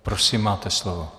Prosím, máte slovo.